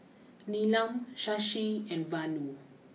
Neelam Shashi and Vanu